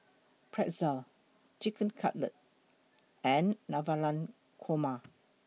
Pretzel Chicken Cutlet and Navratan Korma